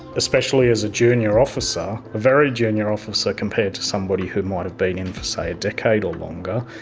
especially as a junior officer, a very junior officer compared to somebody who might have been in for, say, a decade or longer,